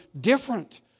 different